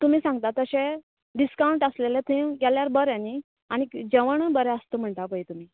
तुमी सांगता तशें डिस्कावन्ट आसलेले थंय गेल्यार बरें न्ही आनीक जेवणूय बरें आसता म्हणटा पय तुमी